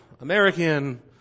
American